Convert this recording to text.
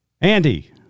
Andy